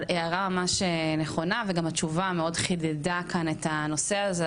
אבל הערה ממש נכונה וגם התשובה מאוד חידדה כאן את הנושא הזה,